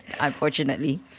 unfortunately